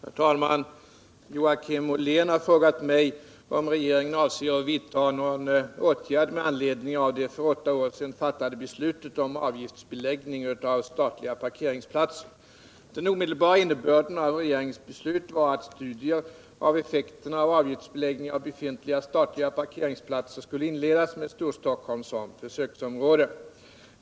Herr talman! Joakim Ollén har frågat mig om regeringen avser att vidta någon åtgärd med anledning av det för åtta år sedan fattade beslutet om avgiftsbeläggning av statliga parkeringsplatser. Den omedelbara innebörden av regeringens beslut var att studier av effekterna av avgiftsbeläggning av befintliga statliga parkeringsplatser skulle inledas med Storstockholm som försöksområde.